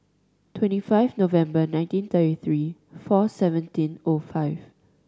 twenty five November nineteen thirty three four seventeen O five